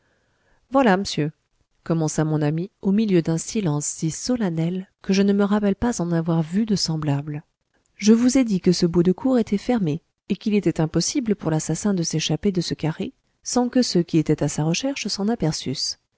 voilà m'sieur commença mon ami au milieu d'un silence si solennel que je ne me rappelle pas en avoir vu de semblable je vous ai dit que ce bout de cour était fermé et qu'il était impossible pour l'assassin de s'échapper de ce carré sans que ceux qui étaient à sa recherche s'en